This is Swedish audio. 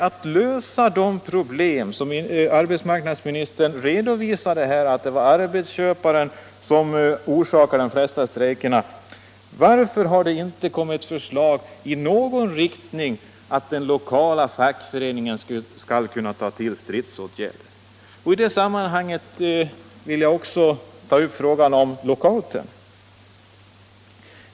Arbetsmarknadsministern redovisade att det är arbetsköparna som orsakar de flesta strejkerna. Jag frågar mig: Varför har det då inte kommit något förslag att den lokala fackföreningen skall kunna ta till stridsåtgärder? I det sammanhanget vill jag också ta upp frågan om lockouten.